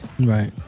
right